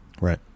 Right